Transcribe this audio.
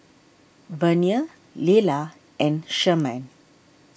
Vernia Lela and Sherman